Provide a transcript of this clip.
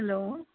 hello